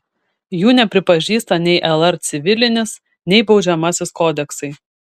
jų nepripažįsta nei lr civilinis nei baudžiamasis kodeksai